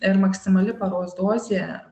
ir maksimali paros dozė